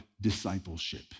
discipleship